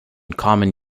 common